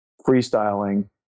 freestyling